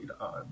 on